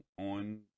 on